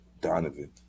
Donovan